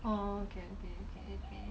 oh okay okay okay